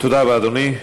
תודה רבה, אדוני.